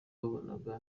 babonaga